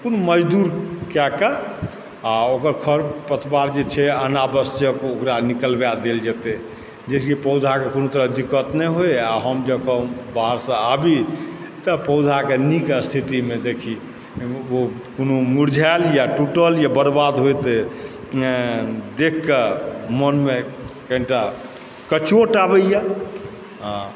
कोनो मजदूर कए कऽ आ ओकर खर पतवार जे छै अनावश्यक ओकरा निकलबै देल जेतै जेहिसँ पौधाक कोनो दिक्कत नहि होइ आ हम जखन बाहरसँ आबि तऽ पौधाक नीक स्थितिमे देखि ओ कोनो मुरझैल या टुटल या बर्बाद होइत देखिके मोनमे कनिटा कचोट आबैए आ